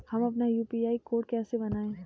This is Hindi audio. हम अपना यू.पी.आई कोड कैसे बनाएँ?